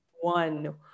one